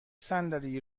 صندلی